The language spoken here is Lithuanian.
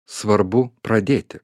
svarbu pradėti